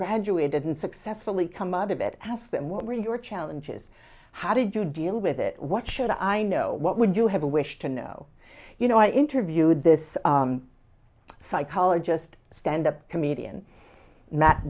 graduated and successfully come out of it ask them what were your challenges how did you deal with it what should i know what would you have a wish to know you know i interviewed this psychologist stand up comedian